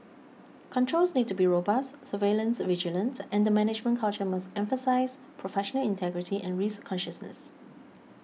controls need to be robust surveillance vigilant and the management culture must emphasise professional integrity and risk consciousness